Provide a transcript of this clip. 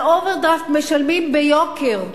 על אוברדרפט משלמים ביוקר,